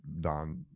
don